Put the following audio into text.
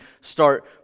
start